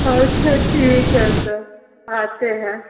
अच्छा ठीक है तो आते हैं